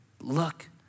Look